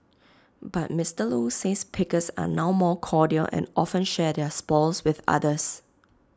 but Mister low says pickers are now more cordial and often share their spoils with others